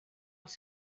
els